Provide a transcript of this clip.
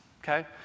okay